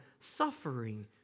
suffering